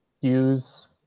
use